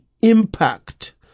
impact